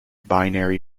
binary